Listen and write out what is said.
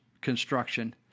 Construction